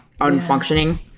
unfunctioning